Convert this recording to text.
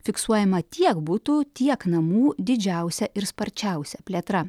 fiksuojama tiek butų tiek namų didžiausia ir sparčiausia plėtra